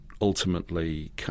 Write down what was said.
ultimately